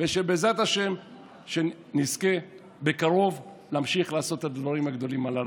השעה הזאת היא מבחינתי השעה הכי קשה בכל הלילה הזה,